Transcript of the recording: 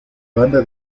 banda